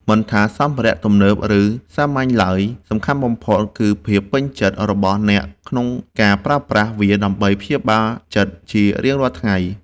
មិនថាសម្ភារៈទំនើប ឬសាមញ្ញឡើយ សំខាន់បំផុតគឺភាពពេញចិត្តរបស់អ្នកក្នុងការប្រើប្រាស់វាដើម្បីព្យាបាលចិត្តជារៀងរាល់ថ្ងៃ។